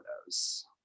photos